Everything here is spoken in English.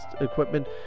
equipment